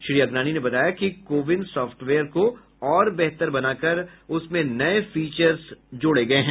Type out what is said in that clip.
श्री अगनानी ने बताया कि को विन साफ्टवेयर को और बेहतर बनाकर उसमें नए फीचर्स जोड़े गए हैं